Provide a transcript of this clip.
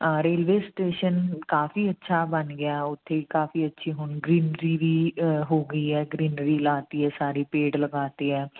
ਆ railway station ਕਾਫੀ ਅੱਛਾ ਬਣ ਗਿਆ ਉੱਥੇ ਕਾਫੀ ਅੱਛੀ ਹੁਣ ਗਰੀਨਰੀ ਵੀ ਹੋ ਗਈ ਹੈ ਗਰੀਨਰੀ ਲਾ ਦਿੱਤੀ ਹੈ ਸਾਰੀ ਪੇਡ ਲਗਾ ਦਿੱਤੇ ਹੈ